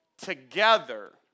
Together